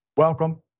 Welcome